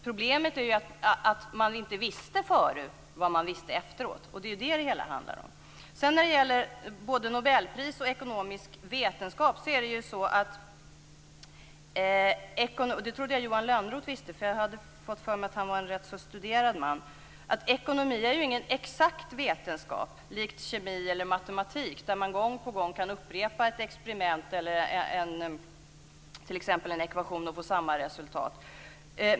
Problemet är ju att man inte visste före vad man visste efteråt. Det är det som det hela handlar om. När det gäller både nobelpris och ekonomisk vetenskap vill jag säga, och det trodde jag att Johan Lönnroth visste eftersom jag hade fått för mig att han var en ganska studerad man, att ekonomi inte är någon exakt vetenskap likt kemi eller matematik, där man gång på gång kan upprepa ett experiment eller en ekvation och få samma resultat.